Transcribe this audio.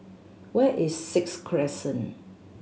where is Sixth Crescent